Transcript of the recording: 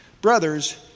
Brothers